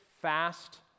fast